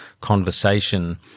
conversation